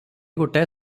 ଗୋଟାଏ